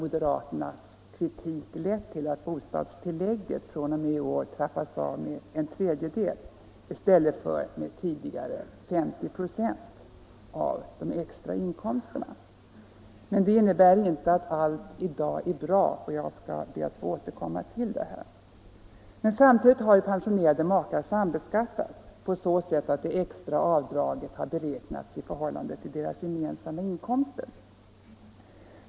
Moderaternas kritik har också lett till att bostadstillägget fr.o.m. i år trappas av med en tredjedel i stället för som tidigare med 50 96 av de extra inkomsterna. Men det innebär inte att allt i dag är bra. Jag skall be att få återkomma till detta. Samtidigt har pensionerade makar sambeskattats på så sätt att det extra avdraget har beräknats i förhållande till deras gemensamma inkomster.